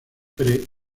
pre